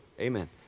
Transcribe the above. Amen